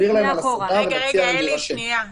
נסביר להם על הסדנה ונציע להם להירשם,